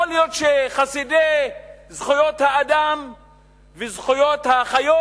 יכול להיות שחסידי זכויות האדם וזכויות החיות